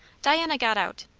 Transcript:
diana got out.